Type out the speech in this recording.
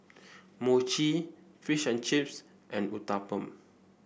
Mochi Fish and Chips and Uthapam